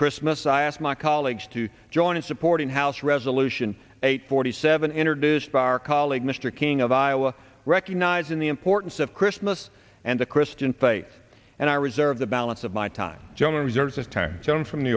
christmas i asked my colleagues to join in supporting house resolution eight forty seven introduced by our colleague mr king of iowa recognizing the importance of christmas and the christian faith and i reserve the balance of my time john reserves of time joan from new